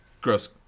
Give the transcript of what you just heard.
gross